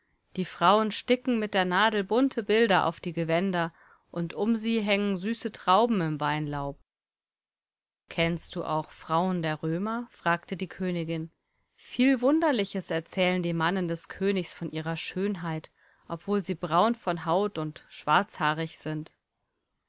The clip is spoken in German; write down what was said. die frauen sticken mit der nadel bunte bilder auf die gewänder und um sie hängen süße trauben im weinlaub kennst du auch frauen der römer fragte die königin viel wunderliches erzählen die mannen des königs von ihrer schönheit obwohl sie braun von haut und schwarzhaarig sind